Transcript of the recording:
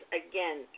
again